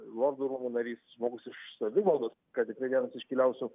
lordų rūmų narys žmogus iš savivaldos kad vienas iškiliausių